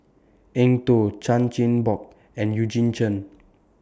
Eng Tow Chan Chin Bock and Eugene Chen